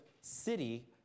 city